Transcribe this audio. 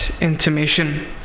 intimation